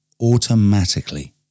automatically